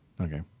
Okay